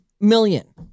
million